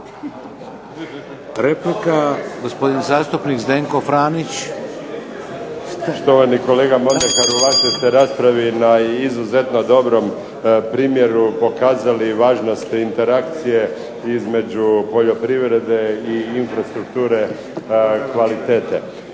Replika gospodin zastupnik Zdenko Franić. **Franić, Zdenko (SDP)** Štovani kolega Mondekaru, u vašoj ste raspravi na izuzetno dobrom primjeru pokazali važnost interakcije između poljoprivrede i infrastrukture kvalitete.